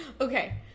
Okay